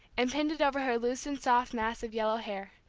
and pinned it over her loosened soft mass of yellow hair,